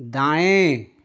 दाएँ